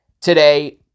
today